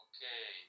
Okay